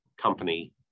company